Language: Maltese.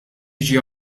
jiġi